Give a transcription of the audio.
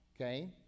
okay